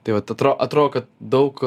tai vat atro atrodo kad daug